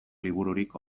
libururik